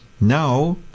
now